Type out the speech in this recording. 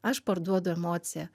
aš parduodu emociją